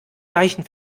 weichen